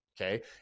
okay